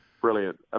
Brilliant